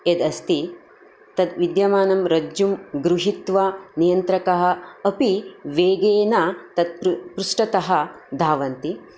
यदस्ति तद् विद्यमानं रज्जुं गृहीत्वा नियन्त्रकाः अपि वेगेन तत् पृष्टतः धावन्ति